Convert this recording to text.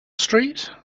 street